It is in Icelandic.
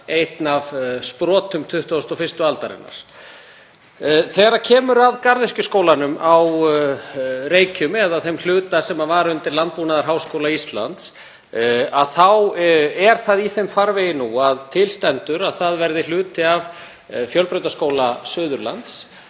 einn af sprotum 21. aldarinnar. Þegar kemur að Garðyrkjuskólanum á Reykjum, eða þeim hluta sem var undir Landbúnaðarháskóla Íslands, er það í þeim farvegi nú að til stendur að hann verði hluti af Fjölbrautaskóla Suðurlands.